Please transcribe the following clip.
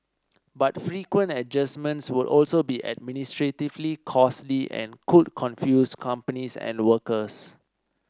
but frequent adjustments would also be administratively costly and could confuse companies and workers